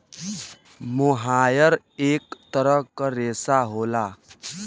मोहायर इक तरह क रेशा होला